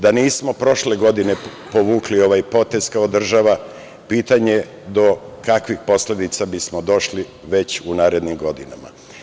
Da nismo da nismo prošle godine povukli ovaj potez kao država pitanje je do kakvih posledica bismo došli već u narednim godinama.